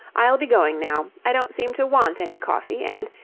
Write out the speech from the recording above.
i'll be going now. i don't seem to want any coffee, and,